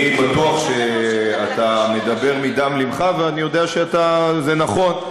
אני בטוח שאתה מדבר מדם ליבך ואני יודע שזה נכון.